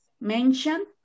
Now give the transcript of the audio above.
mention